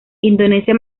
indonesia